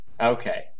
Okay